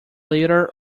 leader